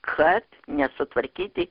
kad nesutvarkyti